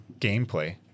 gameplay